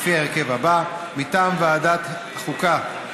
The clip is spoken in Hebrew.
בהרכב הזה: מטעם ועדת החוקה,